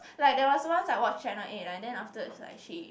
like there was once I watch channel eight and then afterwards like she